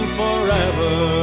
forever